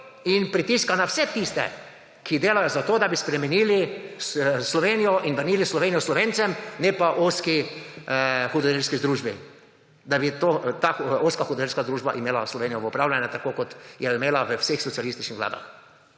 in pritiska na vse tiste, ki delajo za to, da bi spremenili Slovenijo in vrnili Slovenijo Slovencem, ne pa ozki hudodelski združbi, da ne bi ta ozka hudodelska družba ima Slovenije v upravljanju, tako kot jo je imela v vseh socialističnih vladah.